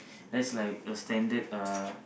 that's like a standard uh